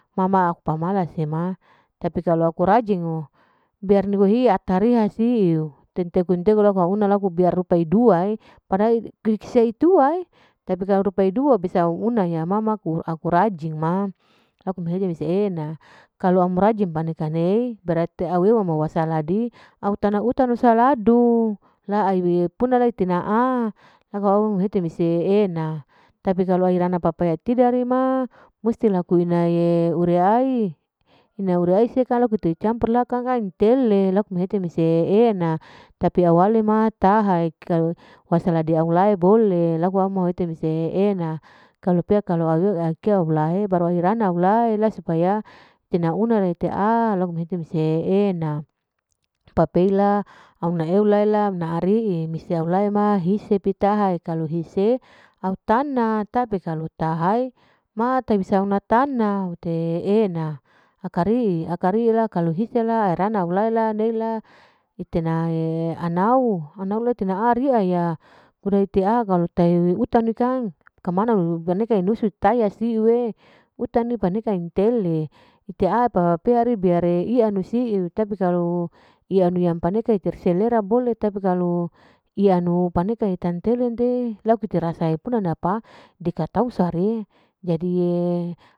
Ma ma laku pamalas tapi kalu aku rajingo, biar nurhiya tariya siu, onteko teko laku auna laku biar rupae dua. e parai ikese tua'e tapi kalu rupae dua bisa una ya ma ma ku aku rajing ma, laku mehete mese e'ena, klau au rajin g panekane berarti au ewa ma wasaladi, au utana utanu wasaladu, la airi puna la itena'a laku la au mehete mese e'ena, tapi kalu aira pepaya tidari, ma musti laku ina uru ai, ina uri ai hese kang campur akang intele laku, mehete mese e'ena, tapi au hale ma taha kalu wasaladi diawwale bole, laku au ahete mese e'ena kalu pea keu awlahe baru aurana lahe, la supaya tene una rete'a, mehete mese e'ena, papela auna euleala una ari'i hise aulae ma hise pi taha kalu hise autana, tapai kalu tahai ma tabisa una tana ina hute e'ena, akari la aka hise la rana hulaela itena'e anau, anau lete ana riaya kuda hete au, au taha'e utanu kang pukamana anusu taya siu'e, utanu paneka intelle ite'a papeari, usiu tapi kalau ian paneka iterselera bole, tapi kalu ianu paneka tentele te, laku terasa puna napa, dikatausar'e.